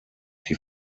die